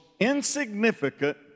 Insignificant